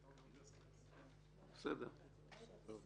בבקשה.